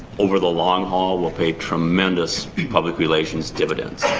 over the long haul will pay tremendous public relations dividends.